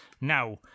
Now